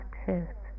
truth